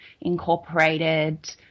incorporated